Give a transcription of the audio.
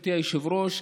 גברתי היושבת-ראש,